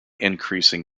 increasing